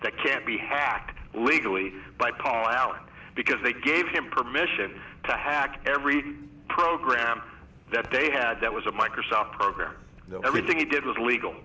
that can't be hacked legally by paul allen because they gave him permission to hack every program that they had that was a microsoft program everything it did was legal